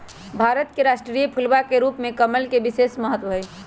भारत के राष्ट्रीय फूलवा के रूप में कमल के विशेष महत्व हई